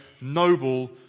noble